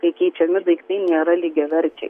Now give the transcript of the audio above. kai keičiami daiktai nėra lygiaverčiai